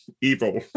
evil